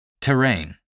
Terrain